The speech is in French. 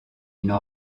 n’en